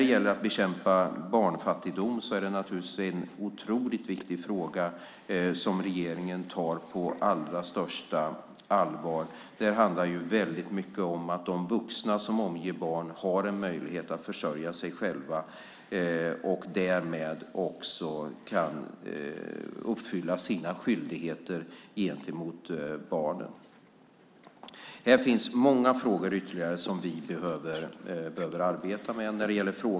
Bekämpandet av barnfattigdom är en otroligt viktig fråga som regeringen tar på allra största allvar. Det handlar mycket om att de vuxna som omger barn har en möjlighet att försörja sig själva och därmed också kan uppfylla sina skyldigheter gentemot barnen. Här finns många ytterligare frågor som vi behöver arbeta med.